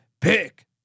Pick